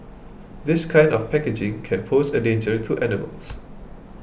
this kind of packaging can pose a danger to animals